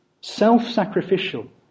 self-sacrificial